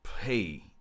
pay